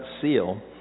seal